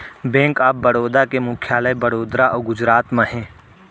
bank of Baroda के मुख्यालय बड़ोदरा अउ गुजरात म हे